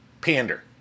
pander